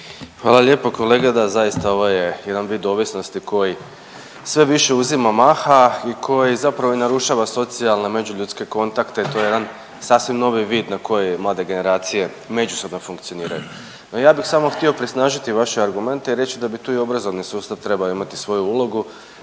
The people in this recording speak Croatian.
Hvala lijepo. Da zaista ovo je jedan vid ovisnosti koji sve više uzima maha i koji zapravo i narušava socijalne međuljudske kontakte i to je jedan sasvim novi vid na koji mlade generacije međusobno funkcioniraju. No, ja bih samo htio prisnažiti vaše argumente i reći da bi tu i obrazovni sustav trebao imati svoju ulogu,